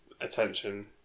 attention